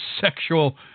sexual